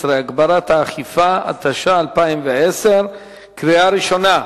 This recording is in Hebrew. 13) (הגברת האכיפה), התש"ע 2010, קריאה ראשונה,